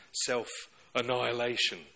self-annihilation